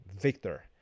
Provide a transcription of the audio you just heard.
victor